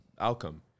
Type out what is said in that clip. outcome